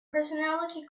personality